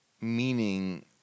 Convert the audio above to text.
meaning